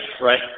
right